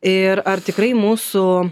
ir ar tikrai mūsų